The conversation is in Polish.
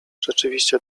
rzeczywiście